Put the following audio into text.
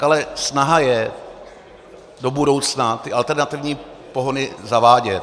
Ale snaha do budoucna je ty alternativní pohony zavádět.